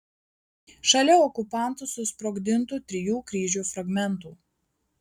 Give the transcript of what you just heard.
šalia okupantų susprogdintų trijų kryžių fragmentų